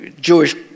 Jewish